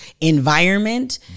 environment